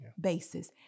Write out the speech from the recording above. basis